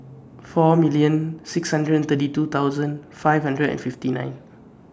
four million six hundred and thirty two thousand five hundred and fifty nine